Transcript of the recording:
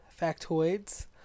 factoids